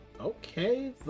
okay